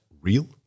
real